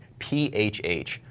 PHH